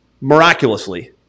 miraculously